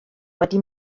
wedi